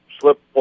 slip